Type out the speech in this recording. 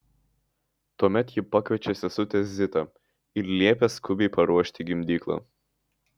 tuomet ji pakviečia sesutę zitą ir liepia skubiai paruošti gimdyklą